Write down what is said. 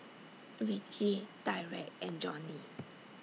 Ricci Tyreke and Johnnie